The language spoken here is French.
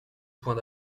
points